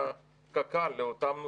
מהקק"ל לאותם נושאים,